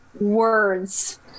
words